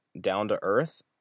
down-to-earth